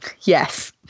Yes